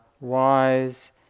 wise